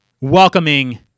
Welcoming